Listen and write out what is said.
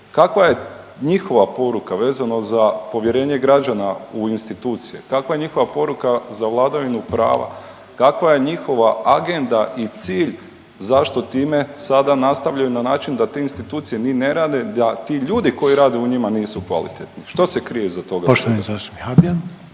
Kakva je njihova poruka vezano za povjerenje građana u institucije, kakva je njihova poruka za vladavinu prava, kakva je njihova agenda i cilj zašto time sada nastavljaju na način da te institucije ni ne rade, da ti ljudi koji rade u njima, nisu kvalitetni. Šta se krije toga .../Govornik se ne